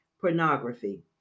pornography